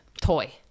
Toy